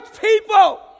people